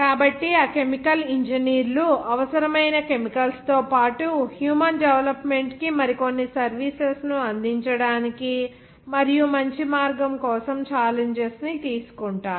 కాబట్టి ఆ కెమికల్ ఇంజనీర్లు అవసరమైన కెమికల్స్ తో పాటు హ్యూమన్ డెవలప్మెంట్ కి మరికొన్ని సర్వీసెస్ ను అందించడానికి మరియు మంచి మార్గం కోసం ఛాలెంజెస్ ని తీసుకుంటారు